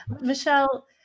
michelle